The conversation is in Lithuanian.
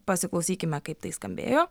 pasiklausykime kaip tai skambėjo